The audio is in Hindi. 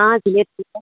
हाँ चलिए ठीक है